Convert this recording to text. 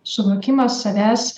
suvokimas savęs